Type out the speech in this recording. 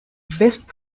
best